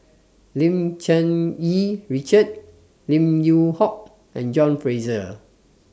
Lim Cherng Yih Richard Lim Yew Hock and John Fraser